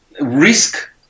risk